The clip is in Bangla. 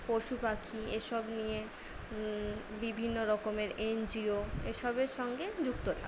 পশুপাখি এসব নিয়ে বিভিন্ন রকমের এনজিও এসবের সঙ্গে যুক্ত থাকা